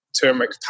turmeric